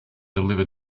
deliver